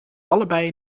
allebei